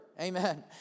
Amen